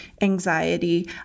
anxiety